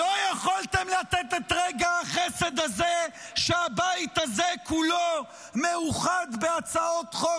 לא יכולתם לתת את רגע החסד הזה שהבית הזה כולו מאוחד בהצעות חוק